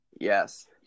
yes